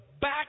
back